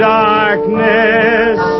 darkness